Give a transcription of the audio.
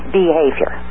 behavior